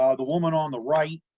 ah the woman on the right,